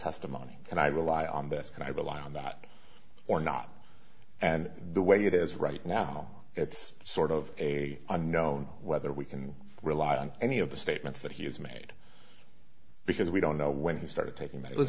testimony and i rely on this and i've allowed that or not and the way it is right now it's sort of a unknown whether we can rely on any of the statements that he has made because we don't know when he started taking that it was